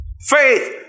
Faith